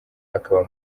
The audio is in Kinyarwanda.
akaba